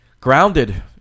Grounded